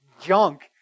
junk